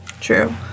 true